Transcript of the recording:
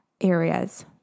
areas